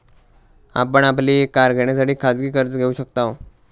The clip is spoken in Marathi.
आपण आपली कार घेण्यासाठी खाजगी कर्ज घेऊ शकताव